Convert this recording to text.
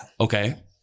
okay